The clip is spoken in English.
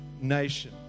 nation